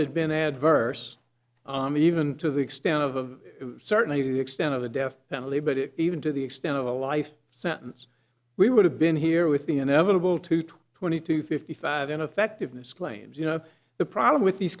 had been adverse even to the extent of certainly to the extent of the death penalty but it even to the extent of a life sentence we would have been here with the inevitable to twenty to fifty five ineffectiveness claims you know the problem with these